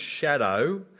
shadow